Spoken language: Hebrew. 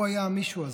הוא היה המישהו הזה.